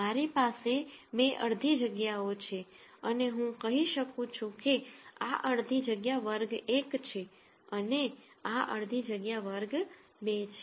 મારી પાસે 2 અડધી જગ્યાઓ છે અને હું કહી શકું છું કે આ અડધી જગ્યા વર્ગ 1 છે અને આ અડધી જગ્યા વર્ગ 2 છે